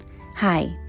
Hi